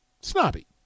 Snobby